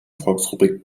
volksrepublik